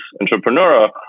entrepreneur